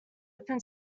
open